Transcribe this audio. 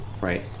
right